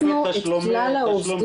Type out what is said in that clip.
אזרחים שיצאו לחל"ת וקיבלו את הקצבה,